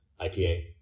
IPA